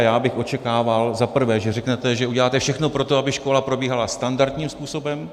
A já bych očekával, že za prvé řeknete, že uděláte všechno pro to, aby škola probíhala standardním způsobem.